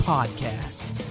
Podcast